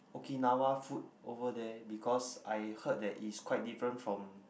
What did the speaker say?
Okinawa food over there because I heard that is quite different from